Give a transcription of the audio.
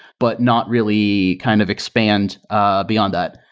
but not really kind of expand ah beyond that.